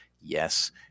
yes